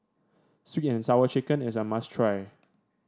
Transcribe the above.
sweet and Sour Chicken is a must try